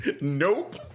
Nope